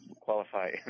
qualify